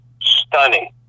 stunning